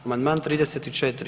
Amandman 34.